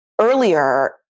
earlier